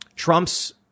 Trump's